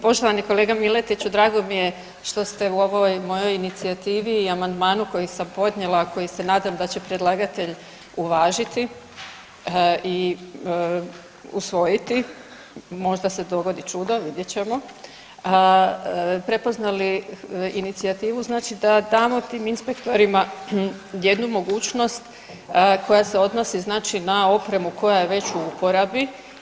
Poštovani kolega Miletiću, drago mi je što ste u ovoj mojoj inicijativi i amandmanu koji sam podnijela, a koji se nadam da će predlagatelj uvažiti i usvojiti, možda se dogodi čudo, vidjet ćemo, prepoznali inicijativu znači da damo tim inspektorima jednu mogućnost koja se odnosi znači na opremu koja je već u uporabu.